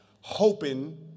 hoping